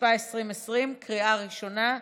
התשפ"א 2020, לקריאה ראשונה.